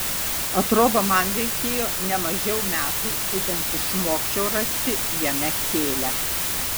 atrodo man reikėjo ne mažiau metų idant išmokčiau rasti jame kėlią